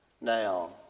Now